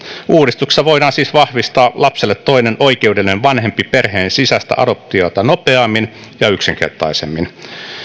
uudistuksella voidaan siis vahvistaa lapselle toinen oikeudellinen vanhempi perheen sisäistä adoptiota nopeammin ja yksinkertaisemmin